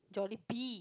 Jollibee